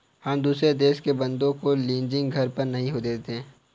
हम दुसरे देश के बन्दों को लीजिंग पर घर नहीं देते